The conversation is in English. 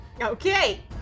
Okay